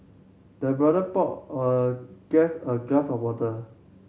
the butler poured a guest a glass of water